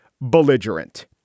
belligerent